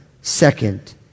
second